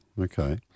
okay